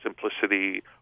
simplicity